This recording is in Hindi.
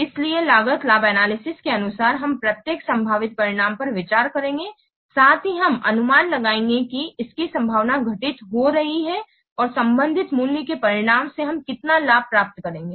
इसलिए लागत लाभ एनालिसिस के अनुसार हम प्रत्येक संभावित परिणाम पर विचार करेंगे साथ ही हम अनुमान लगाएंगे कि इसकी संभावना घटित हो रही है और संबंधित मूल्य के परिणाम से हम कितना लाभ प्राप्त करेंगे